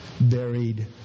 buried